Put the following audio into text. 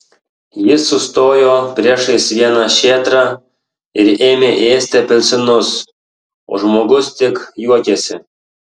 jis sustojo priešais vieną šėtrą ir ėmė ėsti apelsinus o žmogus tik juokėsi